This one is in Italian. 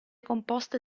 composte